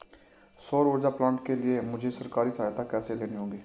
सौर ऊर्जा प्लांट के लिए मुझे सरकारी सहायता कैसे लेनी होगी?